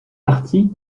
partie